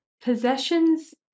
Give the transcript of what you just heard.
possessions